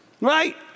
Right